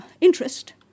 interest